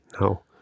No